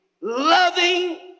loving